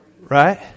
right